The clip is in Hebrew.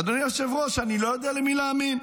אדוני היושב-ראש, אני לא יודע למי להאמין,